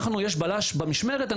יש בלש במשמרת,